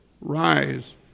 rise